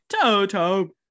Toto